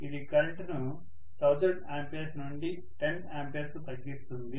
ఇది కరెంట్ను 1000 ఆంపియర్ నుండి 10 ఆంపియర్ కు తగ్గిస్తుంది